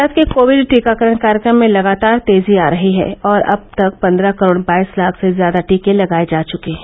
भारत के कोविड टीकाकरण कार्यक्रम में लगातार तेजी आ रही है और अब तक पन्द्रह करोड़ बाईस लाख से ज्यादा टीके लगाए जा चुके हैं